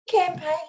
campaign